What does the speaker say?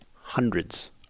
hundreds